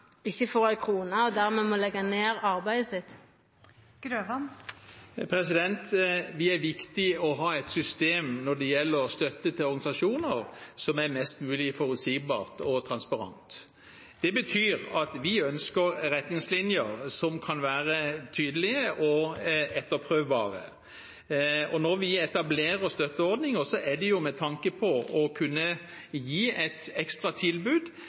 ikkje får ei krone og dermed må leggja ned arbeidet sitt? Det er viktig ha et mest mulig forutsigbart og transparent system når det gjelder støtte til organisasjoner. Det betyr at vi ønsker retningslinjer som kan være tydelige og etterprøvbare. Når vi etablerer støtteordninger, er det med tanke på å kunne gi et ekstra